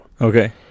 Okay